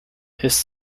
his